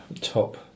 Top